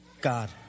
God